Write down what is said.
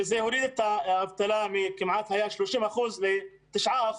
וזה הוריד את האבטלה מכמעט 30% ל-9%.